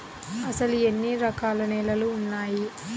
అసలు ఎన్ని రకాల నేలలు వున్నాయి?